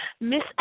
Miss